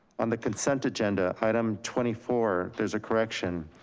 on the consent agenda, item twenty four, there's a correction.